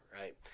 right